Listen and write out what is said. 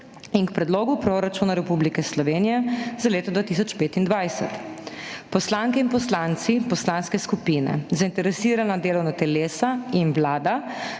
in k Predlogu proračuna Republike Slovenije za leto 2025. Poslanke in poslanci, poslanske skupine, zainteresirana delovna telesa in Vlada